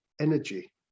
energy